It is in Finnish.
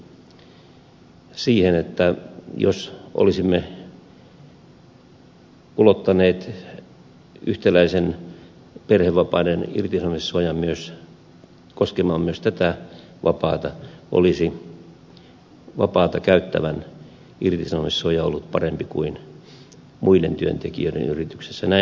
satonen vetosi siihen että jos olisimme ulottaneet yhtäläisen perhevapaiden irtisanomissuojan koskemaan myös tätä vapaata olisi vapaata käyttävän irtisanomissuoja ollut parempi kuin muiden työntekijöiden yrityksessä